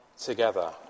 together